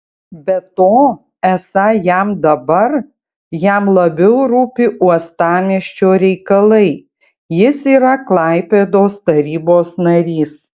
be to esą jam dabar jam labiau rūpi uostamiesčio reikalai jis yra klaipėdos tarybos narys